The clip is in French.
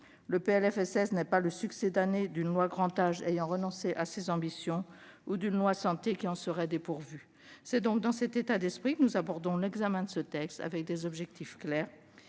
Le PLFSS n'est pas le succédané d'une loi Grand Âge ayant renoncé à ses ambitions ou d'une loi Santé qui en serait dépourvue. C'est donc dans cet état d'esprit que nous abordons l'examen de ce texte, avec des objectifs clairs